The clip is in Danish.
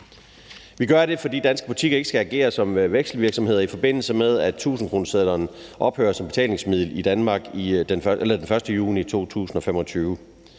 Vi gør det, fordi danske butikker ikke skal agere som vekselvirksomheder, i forbindelse med af tusindkronesedlerne ophører som betalingsmiddel i Danmark den 1. juni 2025.